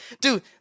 dude